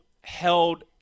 held